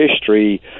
history